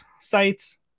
sites